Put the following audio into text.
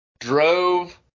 drove